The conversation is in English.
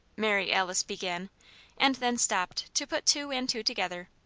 mary alice began and then stopped to put two and two together.